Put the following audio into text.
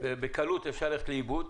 ובקלות אפשר ללכת לאיבוד